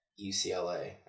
UCLA